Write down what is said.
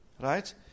right